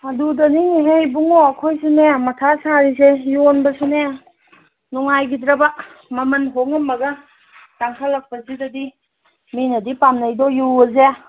ꯑꯗꯨꯗꯅꯤꯅꯦꯍꯦ ꯏꯕꯨꯡꯉꯣ ꯑꯩꯈꯣꯏꯁꯨꯅꯦ ꯃꯊꯥ ꯁꯥꯔꯤꯁꯦ ꯌꯣꯟꯕꯁꯨꯅꯦ ꯅꯨꯡꯉꯥꯏꯒꯤꯗ꯭ꯔꯕ ꯃꯃꯟ ꯍꯣꯡꯉꯝꯃꯒ ꯇꯥꯡꯈꯠꯂꯛꯄꯁꯤꯗꯗꯤ ꯃꯤꯅꯗꯤ ꯄꯥꯝꯅꯩꯗꯣ ꯌꯨ ꯍꯥꯏꯁꯦ